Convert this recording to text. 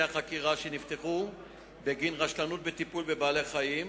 החקירה שנפתחו בגין רשלנות בטיפול בבעלי-חיים,